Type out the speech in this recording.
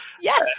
yes